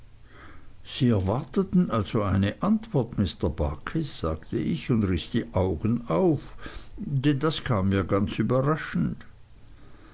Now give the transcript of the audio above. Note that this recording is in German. sie erwarteten also eine antwort mr barkis sagte ich und riß die augen auf denn das kam mir ganz überraschend